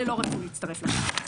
אלה לא רצו להצטרף לקואליציה.